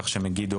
כך שמגידו,